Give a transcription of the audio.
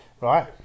right